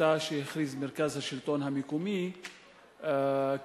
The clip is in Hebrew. שביתה שהכריז מרכז השלטון המקומי כמחאה